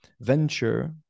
venture